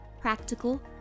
Practical